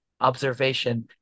observation